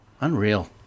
Unreal